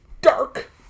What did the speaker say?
dark